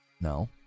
No